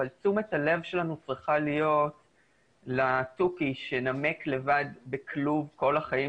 אבל תשומת הלב שלנו צריכה להיות לתוכי שנמק לבד בכלוב כל החיים